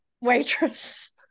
waitress